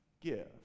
give